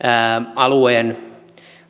alueen